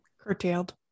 Curtailed